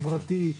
חברתי,